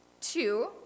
Two